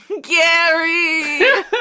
Gary